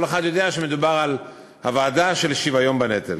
כל אחד יודע שמדובר על הוועדה של שוויון בנטל.